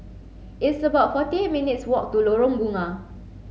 it's about forty eight minutes' walk to Lorong Bunga